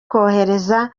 kohereza